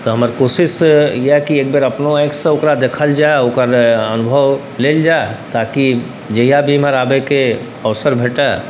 तऽ हमर कोशिश इएह कि एकबेर अपनो आँखिसँ ओकरा देखल जाइ ओकर अनुभव लेल जाइ ताकि जहिआ भी एम्हर आबैके अवसर भेटै